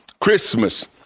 Christmas